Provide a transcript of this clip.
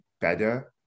better